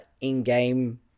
in-game